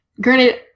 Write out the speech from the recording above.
Granted